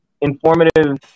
informative